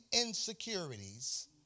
insecurities